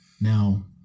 Now